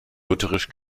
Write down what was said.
lutherisch